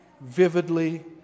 vividly